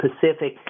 Pacific